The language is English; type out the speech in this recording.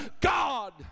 God